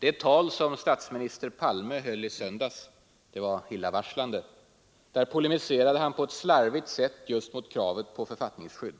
Det tal som statsminister Palme höll i söndags var illavarslande. Där polemiserade han på ett slarvigt sätt just mot kravet på författningsskydd.